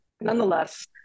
Nonetheless